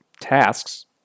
tasks